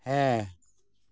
ᱦᱮᱸ